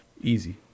Easy